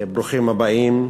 ברוכים הבאים.